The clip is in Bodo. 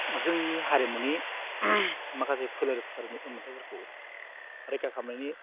जोंनि हारिमुनि माखासे फोलेरफोरनि उन मोन्थाइफोरखौ रैखा खालामनायनि